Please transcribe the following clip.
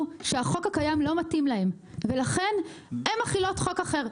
שהחוק הקיים לא מתאים להם ולכן הן מחילות חוק אחר.